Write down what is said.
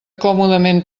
còmodament